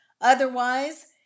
Otherwise